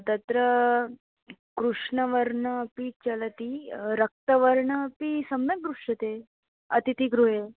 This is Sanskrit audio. तत्र कृष्णवर्णः अपि चलति रक्तवर्णः अपि सम्यक् दृश्यते अतिथिगृहे